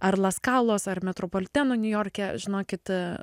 ar la skalos ar metropoliteno niujorke žinokit